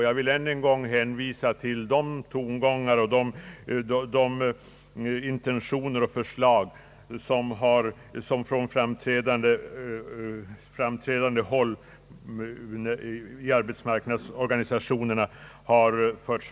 Jag vill än en gång hänvisa till de tankegångar som i årets lönerörelse har förts fram från ledande håll inom arbetsmarknadsorganisationerna.